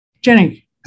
Jenny